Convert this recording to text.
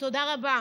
תודה רבה.